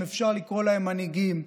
אם אפשר לקרוא להם מנהיגים,